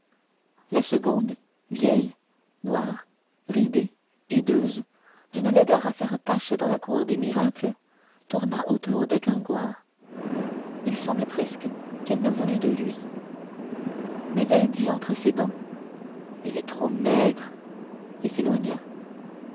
la seconde vieille noire ridée hideuse d'une laideur à faire tache dans la cour des miracles tourna autour de gringoire il tremblait presque qu'elle ne voulût de lui mais elle dit entre ses dents il est trop maigre et s'éloigna